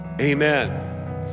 amen